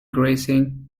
grazing